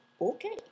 okay